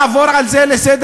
אנחנו לא נעבור על זה לסדר-היום.